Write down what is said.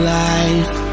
life